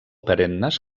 perennes